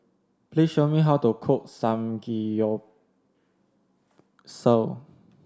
please show me how to cook Samgeyopsal